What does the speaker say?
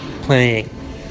playing